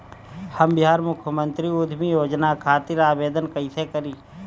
हम बिहार मुख्यमंत्री उद्यमी योजना खातिर आवेदन कईसे करी?